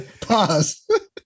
pause